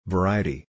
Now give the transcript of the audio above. Variety